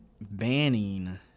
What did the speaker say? banning